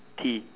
tea